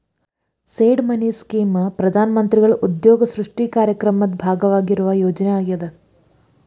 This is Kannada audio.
ಸೇಡ್ ಮನಿ ಸ್ಕೇಮ್ ಪ್ರಧಾನ ಮಂತ್ರಿಗಳ ಉದ್ಯೋಗ ಸೃಷ್ಟಿ ಕಾರ್ಯಕ್ರಮದ ಭಾಗವಾಗಿರುವ ಯೋಜನೆ ಆಗ್ಯಾದ